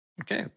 Okay